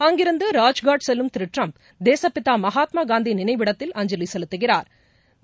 அங்கிருந்து ராஜ்காட் செல்லும் திருட்டிரம்ப் தேசப்பிதாமகாத்மாகாந்திநினைவிடத்தில் அஞ்சலிசெலுத்துகிறாா்